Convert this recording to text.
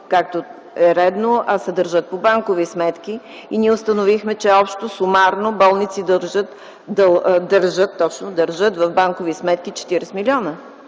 както е редно, а се държат по банкови сметки. Ние установихме, че общо, сумарно болници държат в банкови сметки 40 милиона!